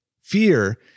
Fear